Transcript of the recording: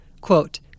Quote